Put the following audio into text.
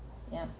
yup